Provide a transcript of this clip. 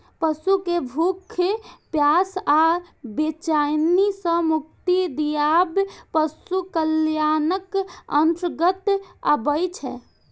पशु कें भूख, प्यास आ बेचैनी सं मुक्ति दियाएब पशु कल्याणक अंतर्गत आबै छै